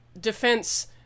defense